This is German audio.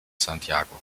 santiago